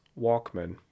Walkman